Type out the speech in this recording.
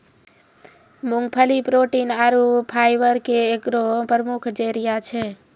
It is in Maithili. मूंगफली प्रोटीन आरु फाइबर के एगो प्रमुख जरिया छै